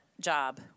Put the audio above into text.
job